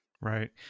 Right